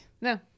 No